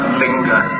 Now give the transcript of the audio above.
linger